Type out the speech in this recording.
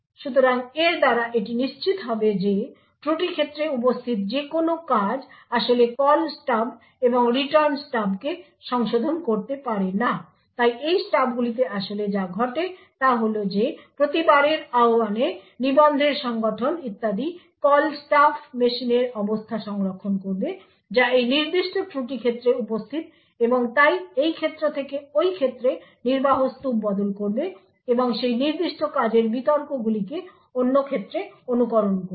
সুতরাং এর দ্বারা এটি নিশ্চিত হবে যে ত্রুটি ক্ষেত্রে উপস্থিত যে কোনও কাজ আসলে কল স্টাব এবং রিটার্ন স্টাবকে সংশোধন করতে পারে না তাই এই স্টাবগুলিতে আসলে যা ঘটে তা হল যে প্রতিবারের আহ্বানে নিবন্ধের সংগঠন ইত্যাদি কল স্টাফ মেশিনের অবস্থা সংরক্ষণ করবে যা এই নির্দিষ্ট ত্রুটি ক্ষেত্রে উপস্থিত এবং তাই এই ক্ষেত্র থেকে ঐ ক্ষেত্রে নির্বাহ স্তুপ বদল করবে এবং সেই নির্দিষ্ট কাজের বিতর্কগুলিকে অন্য ক্ষেত্রে অনুকরণ করবে